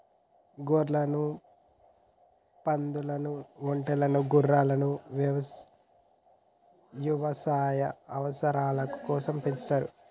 గొర్రెలను, పందాలు, ఒంటెలను గుర్రాలను యవసాయ అవసరాల కోసం పెంచుతారు